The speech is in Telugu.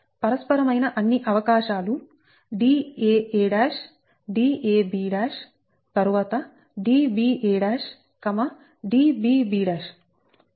పరస్పరమైన అన్ని అవకాశాలు Daa Dab తరువాత Dba Dbb